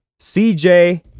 CJ